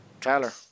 Tyler